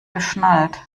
geschnallt